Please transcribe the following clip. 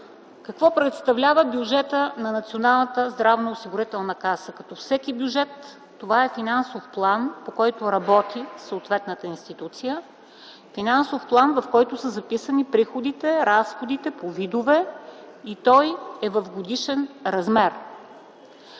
Какво представлява бюджетът на Националната здравноосигурителна каса? Като всеки бюджет, това е финансов план, по който работи съответната институция, финансов план, в който са записани приходите и разходите по видове и той е в годишен размер.